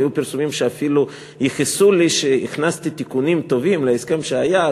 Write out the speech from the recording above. היו פרסומים שאפילו ייחסו לי שהכנסתי תיקונים טובים להסכם שהיה,